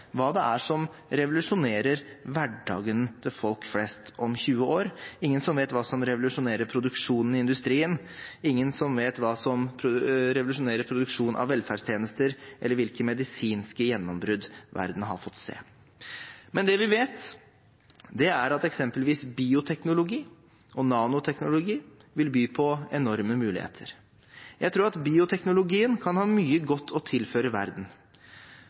hva som vil revolusjonere hverdagen til folk flest om 20 år, ingen som vet hva som vil revolusjonere produksjonen i industrien, ingen som vet hva som vil revolusjonere produksjonen av velferdstjenester, eller hvilke medisinske gjennombrudd verden har fått se. Men det vi vet, er at eksempelvis bioteknologi og nanoteknologi vil by på enorme muligheter. Jeg tror at bioteknologien kan ha mye godt å tilføre verden.